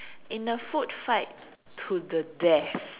in the food fight to the deaths